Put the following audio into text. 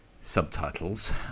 subtitles